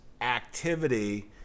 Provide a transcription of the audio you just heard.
activity